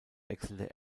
wechselte